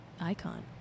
icon